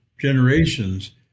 generations